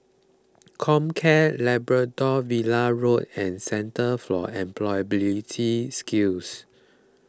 Comcare Labrador Villa Road and Centre for Employability Skills